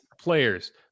players